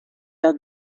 las